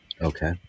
Okay